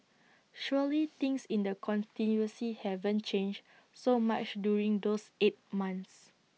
surely things in the constituency haven't changed so much during those eight months